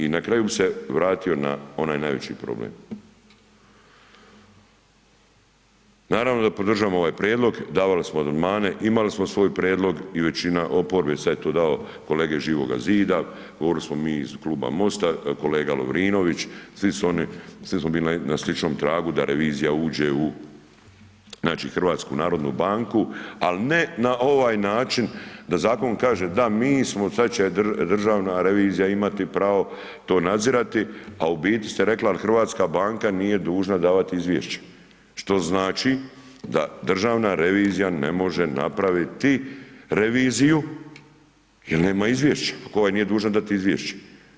I na kraju bi se vratio na onaj najveći problem, naravno da podržavam ovaj Prijedlog, davali smo amandmane, imali smo svoj Prijedlog i većina oporbe, sad je to dao kolega iz Živoga zida, govorili smo mi iz Kluba MOST-a, kolega Lovrinović, svi su oni, svi smo bili na sličnom tragu da revizija uđe u Hrvatsku narodnu banku, ali ne na ovaj način da Zakon kaže da mi smo, sad će Državna revizija imati pravo to nadzirati, a u biti ste rekli al' Hrvatska banka nije dužna davat Izvješće, što znači da Državna revizija ne može napraviti reviziju jer nema Izvješća ako ovaj nije dužan dati Izvješće.